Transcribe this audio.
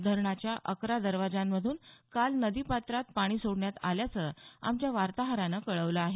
धरणाच्या अकरा दरवाजांमधून काल नदी पात्रात पाणी सोडण्यात आल्याचं आमच्या वार्ताहरानं कळवलं आहे